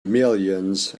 millions